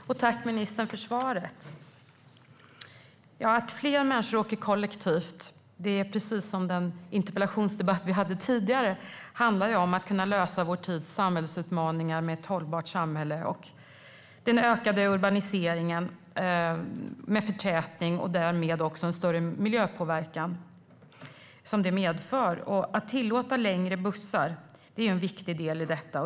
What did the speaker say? Herr talman! Tack för svaret, ministern! Fler människor åker kollektivt. Precis som vi sa i den tidigare interpellationsdebatten handlar det om att kunna lösa vår tids samhällsutmaningar för att skapa ett hållbart samhälle. Den ökade urbaniseringen innebär förtätning och medför därmed också en större miljöpåverkan. Att tillåta längre bussar är en viktig del i detta.